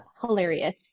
hilarious